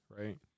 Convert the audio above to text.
right